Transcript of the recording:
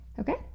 okay